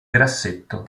grassetto